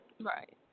Right